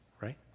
right